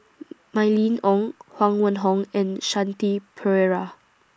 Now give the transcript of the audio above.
Mylene Ong Huang Wenhong and Shanti Pereira